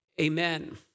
Amen